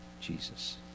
Jesus